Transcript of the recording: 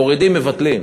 מורידים, מבטלים.